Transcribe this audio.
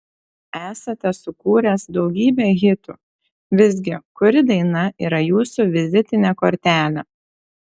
esate sukūręs daugybę hitų visgi kuri daina yra jūsų vizitinė kortelė